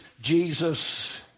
Jesus